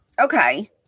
Okay